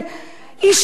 השתגענו?